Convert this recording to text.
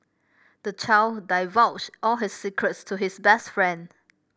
the child divulged all his secrets to his best friend